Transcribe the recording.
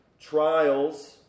trials